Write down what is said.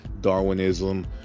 Darwinism